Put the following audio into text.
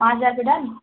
पाँच हज़ार पर डन